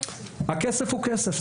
הכסף הוא כסף.